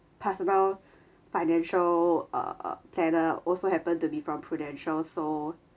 personal financial uh planner also happen to be from prudential so